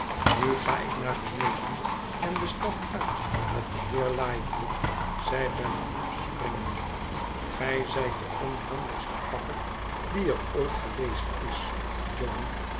nu ga ik naar beneden en de stad uit met den heer lightwood zei bella opspringende gij zijt de onhandigste pakker die er ooit geweest is john